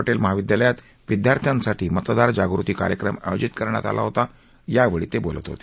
पटेल महाविद्यालयात विद्यार्थ्यसाठी मतदार जा ाती कार्यक्रम आयोजित करण्यात आला होता यावेळी ते बोलत होते